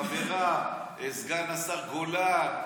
חבריו, סגן השר גולן,